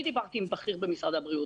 אני דיברתי עם בכיר במשרד הבריאות.